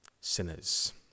sinners